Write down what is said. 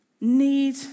need